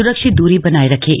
सुरक्षित दूरी बनाए रखें